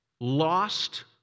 lost